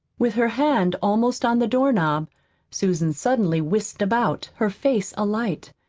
with her hand almost on the doorknob susan suddenly whisked about, her face alight.